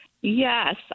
yes